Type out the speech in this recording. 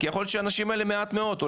כי יכול להיות שיש מעט מאוד אנשים,